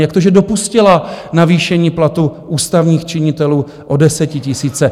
Jak to, že dopustila navýšení platu ústavních činitelů o desetitisíce?